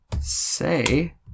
Say